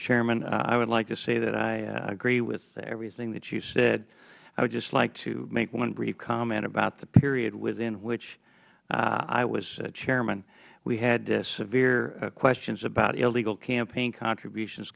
chairman i would like to say that i agree with everything that you said i would just like to make one brief comment about the period within which i was chairman we had severe questions about illegal campaign contributions